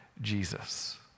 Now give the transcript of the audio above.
Jesus